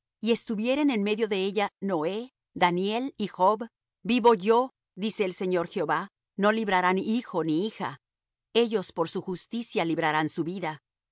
y estuvieren en medio de ella noé daniel y job vivo yo dice el señor jehová no librarán hijo ni hija ellos por su justicia librarán su vida por